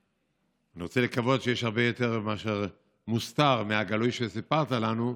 אני רוצה לקוות שיש הרבה יותר מוסתר מאשר גלוי שסיפרת לנו,